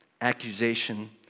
accusation